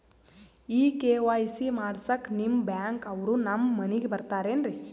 ಈ ಕೆ.ವೈ.ಸಿ ಮಾಡಸಕ್ಕ ನಿಮ ಬ್ಯಾಂಕ ಅವ್ರು ನಮ್ ಮನಿಗ ಬರತಾರೆನ್ರಿ?